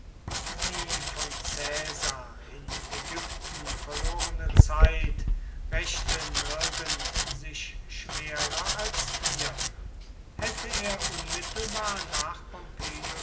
die von caesar in ägypten verlorene zeit rächte nirgend sich schwerer als hier hätte er unmittelbar nach